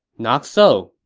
not so.